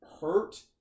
hurt